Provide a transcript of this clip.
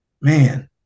man